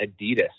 adidas